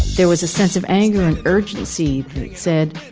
there was a sense of anger and urgency he said